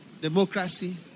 Democracy